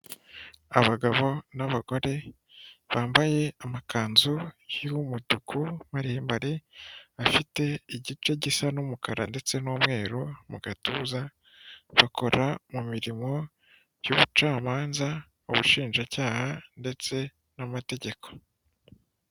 Abagabo n'abagore, bambaye amakanzu y'umutuku maremare, afite igice gisa n'umukara ndetse n'umweru mu gatuza, bakora mu mirimo y'ubucamanza, ubushinjacyaha ndetse n'amategeko.